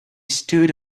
stood